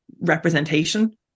representation